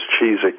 cheesy